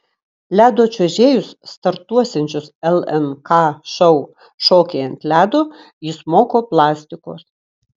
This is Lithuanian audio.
ledo čiuožėjus startuosiančius lnk šou šokiai ant ledo jis moko plastikos